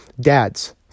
dads